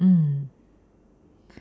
mm